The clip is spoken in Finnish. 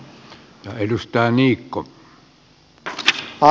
arvoisa puhemies